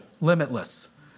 limitless